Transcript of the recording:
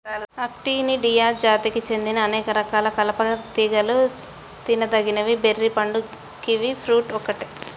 Actinidia జాతికి చెందిన అనేక రకాల కలప తీగలలో తినదగిన బెర్రీ పండు కివి ఫ్రూట్ ఒక్కటే